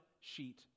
sheet